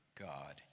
God